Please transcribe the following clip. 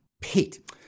Pete